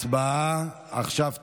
הצבעה עכשיו.